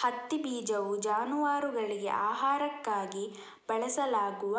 ಹತ್ತಿ ಬೀಜವು ಜಾನುವಾರುಗಳಿಗೆ ಆಹಾರಕ್ಕಾಗಿ ಬಳಸಲಾಗುವ